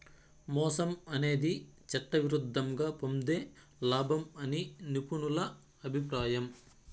మోసం అనేది చట్టవిరుద్ధంగా పొందే లాభం అని నిపుణుల అభిప్రాయం